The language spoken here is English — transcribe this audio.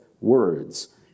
words